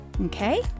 Okay